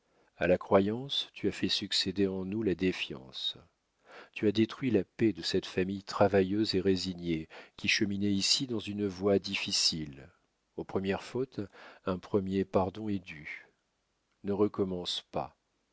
a la croyance tu as fait succéder en nous la défiance tu as détruit la paix de cette famille travailleuse et résignée qui cheminait ici dans une voie difficile aux premières fautes un premier pardon est dû ne recommence pas